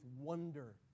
wonder